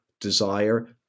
desire